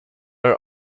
are